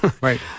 Right